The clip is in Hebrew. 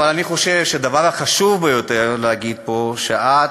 אני חושב שהדבר החשוב ביותר להגיד פה הוא שאת